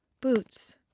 Boots